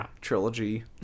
trilogy